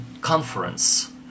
conference